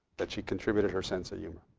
that she contributed her sense of humor.